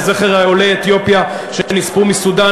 את האנדרטה לזכר עולי אתיופיה שנספו בסודאן.